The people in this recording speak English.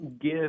give